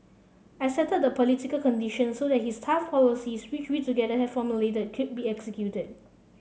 I settled the political conditions so that his tough policies which we together had formulated could be executed